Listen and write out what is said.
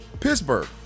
Pittsburgh